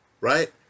Right